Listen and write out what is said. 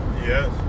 Yes